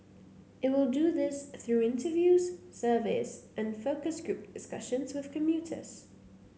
it will do this through interviews surveys and focus group discussions with commuters